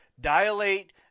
dilate